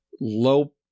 low